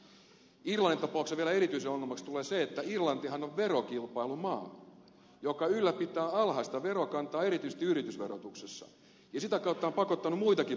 irlannin tapauksessa vielä erityiseksi ongelmaksi tulee se että irlantihan on verokilpailumaa joka ylläpitää alhaista verokantaa erityisesti yritysverotuksessa ja sitä kautta on pakottanut muitakin maita laskemaan veroja